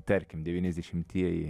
tarkim devyniasdešimtieji